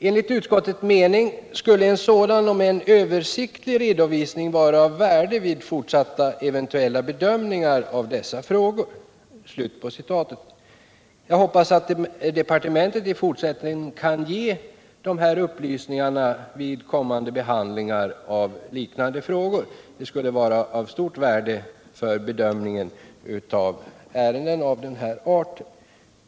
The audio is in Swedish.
Enligt utskottets mening skulle en sådan om än översiktlig redovisning vara av värde vid fortsatta eventuella bedömningar av dessa frågor.” Jag hoppas att departementet i fortsättningen kan ge dessa upplysningar vid kommande behandlingar av liknande frågor. Det skulle vara av stort värde för bedömningen av ärenden av denna art.